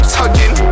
tugging